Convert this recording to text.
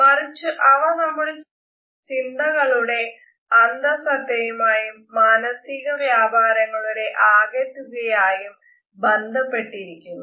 മറിച് അവ നമ്മുടെ ചിന്തകളുടെ അന്തസത്തയുമായും മാനസിക വ്യാപാരങ്ങളുടെ ആകെത്തുകയായും ബന്ധിക്കപ്പെട്ടിരിക്കുന്നു